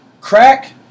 Crack